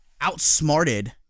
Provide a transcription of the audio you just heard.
outsmarted